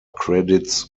credits